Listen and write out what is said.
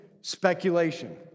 speculation